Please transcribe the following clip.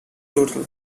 total